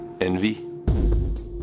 Envy